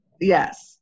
Yes